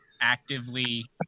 actively